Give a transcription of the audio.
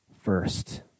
first